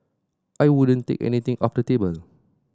I wouldn't take anything off the table